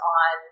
on